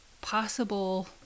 possible